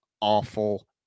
awful